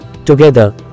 Together